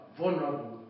vulnerable